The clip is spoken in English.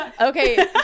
Okay